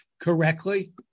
correctly